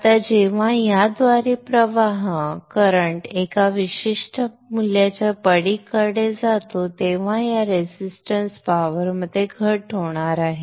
आता जेव्हा याद्वारे प्रवाह एका विशिष्ट मूल्याच्या पलीकडे जातो तेव्हा या रेजिस्टन्स पावर मध्ये घट होणार आहे